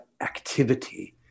activity